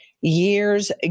Years